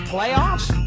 Playoffs